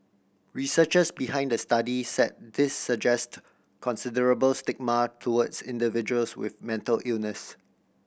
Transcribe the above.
researchers behind the study said this suggest considerable stigma towards individuals with mental illness